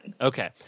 okay